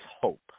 hope